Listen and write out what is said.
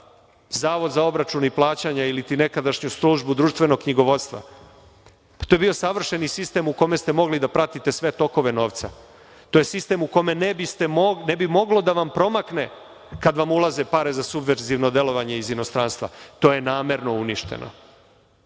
zavod za obračun i plaćanja ili nekadašnju službu društvenog knjigovodstva. To je bio savršen sistem u kome ste mogli da pratite sve tokove novca. To je sistem u kome ne bi moglo da vam promakne kada vam ulaze pare za subverzivno delovanje iz inostranstva. To je namerno uništeno